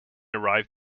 arrive